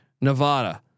Nevada